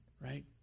right